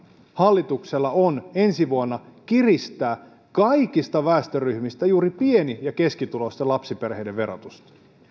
hallituksella on ensi vuonna kiristää kaikista väestöryhmistä juuri pieni ja keskituloisten lapsiperheiden verotusta